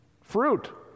fruit